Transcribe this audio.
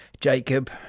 Jacob